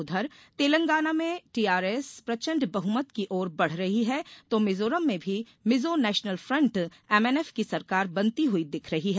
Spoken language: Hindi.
उधर तेलंगाना में टीआरएस प्रचण्ड बहुमत की ओर बढ़ रही है तो मिजोरम में भी मिजो नेशनल फ़ण्ट एमएनएफ की सरकार बनती हुई दिख रही है